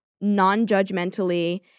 non-judgmentally